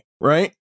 Right